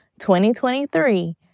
2023